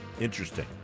Interesting